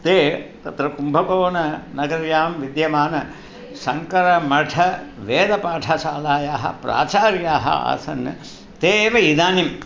ते तत्र कुम्भकोणनगर्यां विद्यमानः शङ्करमठ वेदपाठशालायाः प्राचार्याः आसन् ते एव इदानीम्